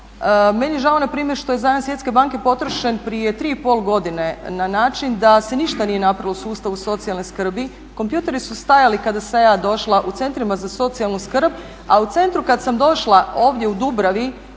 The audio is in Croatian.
Meni je žao na primjer što je zajam Svjetske banke potrošen prije 3,5 godine na način da se ništa nije napravilo u sustavu socijalne skrbi. Kompjuteri su stajali kada sam ja došla u centrima za socijalnu skrb, a u centru kad sam došla ovdje u Dubravi,